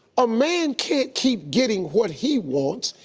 a man can't keep getting what he wants,